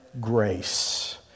grace